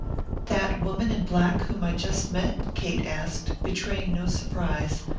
that woman in black whom i just met? kate asked, betraying no surprise,